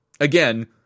Again